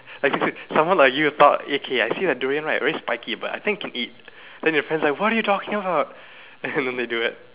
like s~ s~ someone like you though okay I see a durian right very spiky but I think can eat and your friends like what are you talking about and then they do it